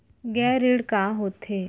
गैर ऋण का होथे?